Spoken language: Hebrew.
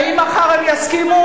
האם מחר הם יסכימו?